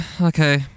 Okay